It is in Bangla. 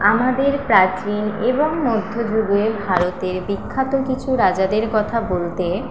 আমাদের প্রাচীন এবং মধ্যযুগের ভারতের বিখ্যাত কিছু রাজাদের কথা বলতে